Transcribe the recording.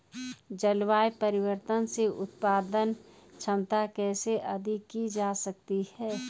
जलवायु परिवर्तन से उत्पादन क्षमता कैसे अधिक की जा सकती है?